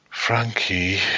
Frankie